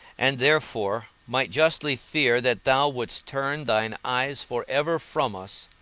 and therefore might justly fear that thou wouldst turn thine eyes for ever from us,